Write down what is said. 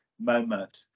moment